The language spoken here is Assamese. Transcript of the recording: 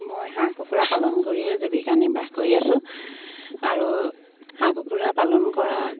মই হাঁহ কুকুৰা পালন কৰিয়ে জীৱিকা নিৰ্বাহ কৰি আছোঁ আৰু হাঁহ কুকুৰা পালন কৰা